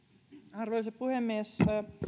arvoisa puhemies